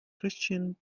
christian